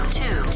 two